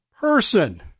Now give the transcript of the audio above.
person